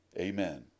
Amen